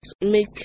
make